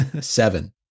seven